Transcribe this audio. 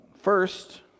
first